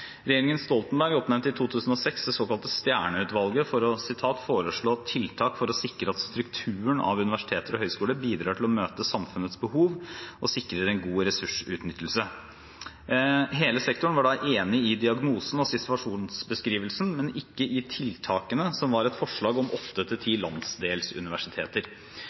Regjeringen Stoltenberg oppnevnte i 2006 det såkalte Stjernø-utvalget for å «foreslå tiltak for å sikre at strukturen av universiteter og høyskoler bidrar til å møte samfunnets behov og sikrer en god ressursutnyttelse». Hele sektoren var da enig i diagnosen og situasjonsbeskrivelsen, men ikke i tiltakene, som var et forslag om